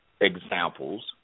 Examples